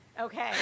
Okay